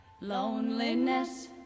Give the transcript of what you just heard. Loneliness